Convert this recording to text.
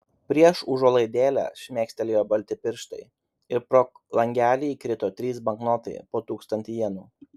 prieš užuolaidėlę šmėkštelėjo balti pirštai ir pro langelį įkrito trys banknotai po tūkstantį jenų